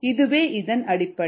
இதுவே இதன் அடிப்படை